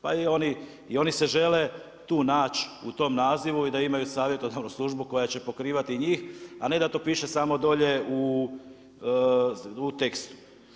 Pa i oni se žele tu nać u tom nazivu i da imaju savjetodavnu službu koja će pokrivati i njih, a ne da to piše samo dolje u tekstu.